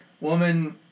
woman